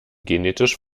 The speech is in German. genetisch